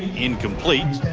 incomplete.